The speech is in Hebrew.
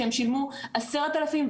שהם שילמו 10 אלף,